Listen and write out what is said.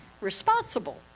responsible